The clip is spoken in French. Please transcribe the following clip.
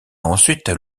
ensuite